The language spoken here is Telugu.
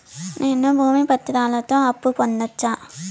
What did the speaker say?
నేను భూమి పత్రాలతో అప్పు పొందొచ్చా?